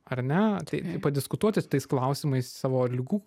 ar ne tai padiskutuoti tais klausimais savo ligų